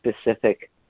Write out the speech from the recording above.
specific